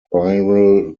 spiral